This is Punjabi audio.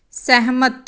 ਸਹਿਮਤ